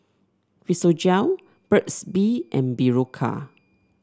Physiogel Burt's Bee and Berocca